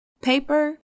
paper